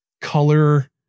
color